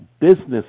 business